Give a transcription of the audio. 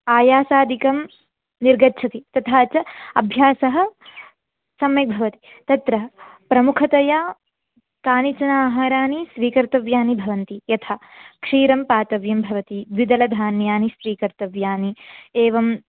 आयासादिकं निर्गच्छति तथा च अभ्यासः सम्यग्भवति तत्र प्रमुखतया कानिचन आहाराणि स्वीकर्तव्यानि भवन्ति यथा क्षीरं पातव्यं भवति द्विदलधान्यानि स्वीकर्तव्यानि एवं